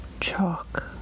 Chalk